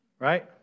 Right